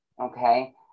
Okay